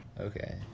Okay